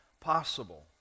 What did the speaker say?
possible